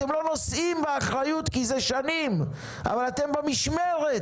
אתם לא נושאים באחריות כי זה שנים אבל אתם במשמרת,